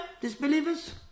disbelievers